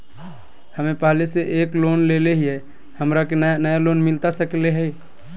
हमे पहले से एक लोन लेले हियई, हमरा के नया लोन मिलता सकले हई?